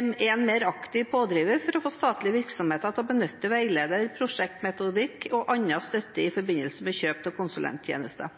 er en mer aktiv pådriver for å få statlige virksomheter til å benytte veileder, prosjektmetodikk og annen støtte i forbindelse med kjøp av konsulenttjenester.